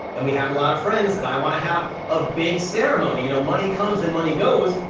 and we have lot of friends, and i wanna have a big ceremony. you know, money comes and money goes,